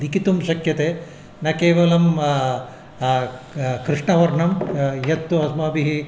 लिखितुं शक्यते न केवलं कृष्णवर्णं यत् अस्माभिः